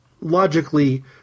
logically